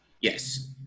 Yes